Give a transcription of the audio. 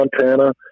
Montana